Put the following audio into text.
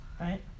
right